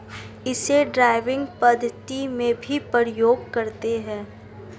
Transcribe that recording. इसे ड्राइविंग पद्धति में भी प्रयोग करते हैं